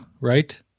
right